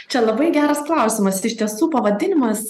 čia labai geras klausimas iš tiesų pavadinimas